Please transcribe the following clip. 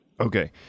Okay